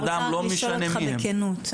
אני רוצה לשאול אותך בכנות.